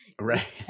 Right